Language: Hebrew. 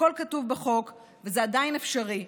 הכול כתוב בחוק, וזה עדיין אפשרי.